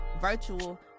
virtual